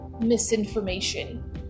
misinformation